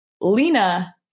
Lena